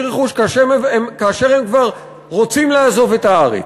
רכוש כאשר הם כבר רוצים לעזוב את הארץ.